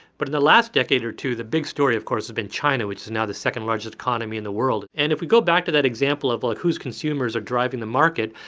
but in the last decade or two, the big story, of course, has been china, which is now the second largest economy in the world. and if we go back to that example of, like, whose consumers are driving the market,